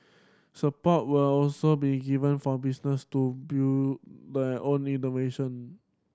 support will also be given for business to build their own innovation